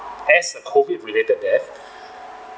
as a COVID-related death